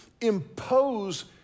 impose